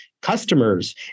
customers